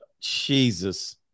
jesus